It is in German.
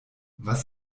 was